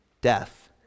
death